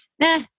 nah